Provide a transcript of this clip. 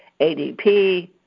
ADP